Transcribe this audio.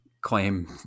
claim